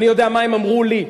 אני יודע מה הם אמרו לי.